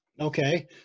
Okay